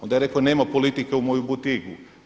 Onda je rekao nema politike u moju butigu.